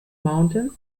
mountains